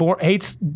hates